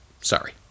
Sorry